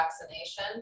vaccination